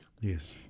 Yes